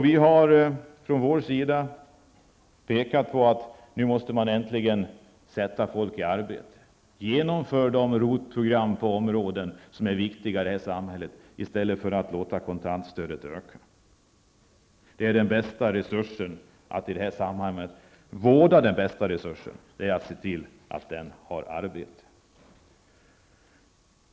Vi har från vår sida pekat på att man nu äntligen måste sätta folk i arbete. Genomför ROT-programmen på områden som är viktiga för samhället i stället för att låta kontantstödet öka. Det bästa i detta sammanhang är att vårda den bästa resursen, att se till att den har arbete.